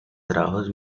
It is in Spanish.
trabajos